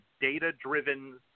data-driven